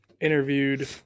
interviewed